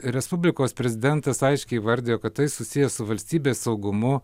respublikos prezidentas aiškiai įvardijo kad tai susiję su valstybės saugumu